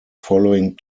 following